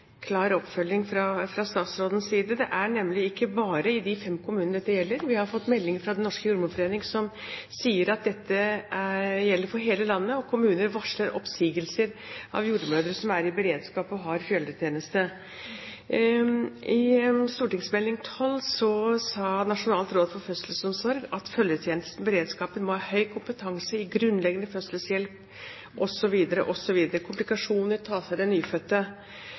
klar oppfølging fra statsrådens side. Det er nemlig ikke bare i de fem kommunene dette gjelder. Vi har fått melding fra Den norske jordmorforening som sier at dette gjelder for hele landet. Kommuner varsler oppsigelser av jordmødre som er i beredskap og har følgetjeneste. I St.meld. nr. 12 for 2008–2009 sa Nasjonalt råd for fødselsomsorg at «følgetjenesten må ha kompetanse i grunnleggende fødselshjelp» osv., «komplikasjoner, samt å ta seg av den nyfødte».